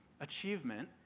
Achievement